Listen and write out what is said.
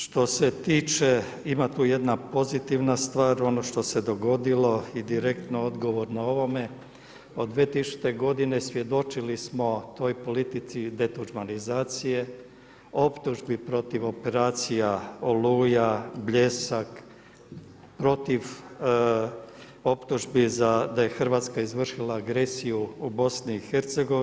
Što se tiče, ima tu jedna pozitivna stvar, ono što se dogodilo i direktno odgovor na ovome, od 2000. godine svjedočili smo toj politici „detuđmanizacije“, optužbi protiv operacija „Oluja“, „Bljesak“, protiv optužbi da je Hrvatska izvršila agresiju u Bosni i Hercegovini.